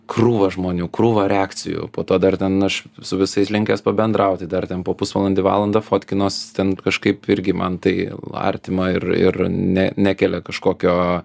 krūva žmonių krūva reakcijų po to dar ten aš su visais linkęs pabendrauti dar ten po pusvalandį valandą fotkinuos ten kažkaip irgi man tai artima ir ir ne nekelia kažkokio